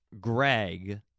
Greg